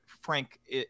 Frank